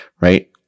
right